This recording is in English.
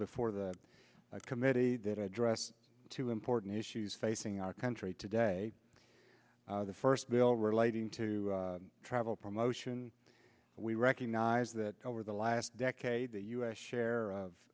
before the committee that address two important issues facing our country today the first bill relating to travel promotion we recognize that over the last decade the u s share of